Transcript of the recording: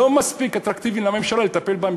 זה לא מספיק אטרקטיבי לממשלה לטפל בהם,